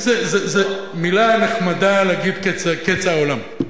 זה מלה נחמדה להגיד קץ העולם.